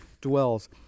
dwells